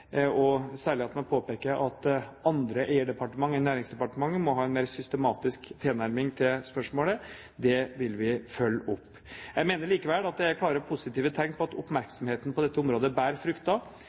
særlig at man påpeker at andre eierdepartement enn Næringsdepartementet må ha en mer systematisk tilnærming til spørsmålet. Det vil vi følge opp. Jeg mener likevel at det er klare positive tegn på at